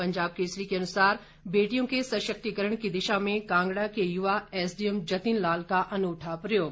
पंजाब केसरी के अनुसार बेटियों के सशक्तिकरण की दिशा में कांगड़ा के युवा एसडीएम जतिन लाल का अनुठा प्रयोग